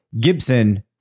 Gibson